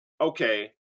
okay